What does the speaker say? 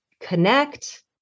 connect